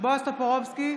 בועז טופורובסקי,